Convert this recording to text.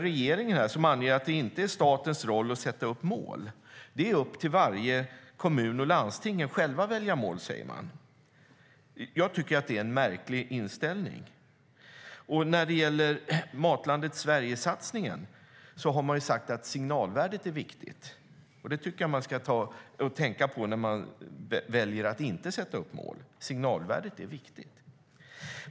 Regeringen anger att det inte är statens roll att sätta upp mål. Det är upp till varje kommun och landsting att själva välja mål, säger man. Jag tycker att det är en märklig inställning. När det gäller satsningen på Matlandet Sverige har man sagt att signalvärdet är viktigt. Det tycker jag att man ska tänka på när man väljer att inte sätta upp mål. Signalvärdet är viktigt.